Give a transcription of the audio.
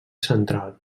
central